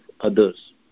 others